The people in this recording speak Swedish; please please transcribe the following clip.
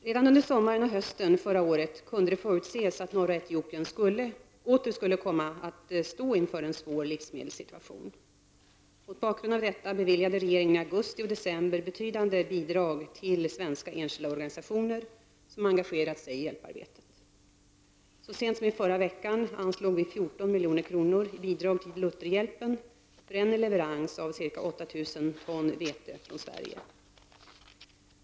Redan under sommaren och hösten förra året kunde det förutses att norra Etiopien åter skulle komma att stå inför en svår livsmedelssituation. Mot bakgrund av detta beviljade regeringen i augusti och december betydande bidrag till svenska enskilda organisationer som engagerat sig i hjälparbetet. Så sent som i förra veckan anslog vi 14 milj.kr. i bidrag till Lutherhjälpen för en leverans av ca 8 000 ton vete från Sverige.